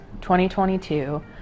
2022